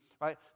right